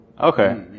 Okay